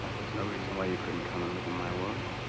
there is no reason why you couldn't come and live in my world.